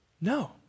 No